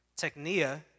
technia